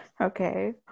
Okay